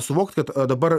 suvokt kad dabar